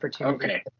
Okay